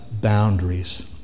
boundaries